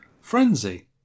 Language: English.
frenzy